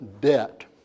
debt